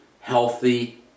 healthy